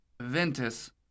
Ventus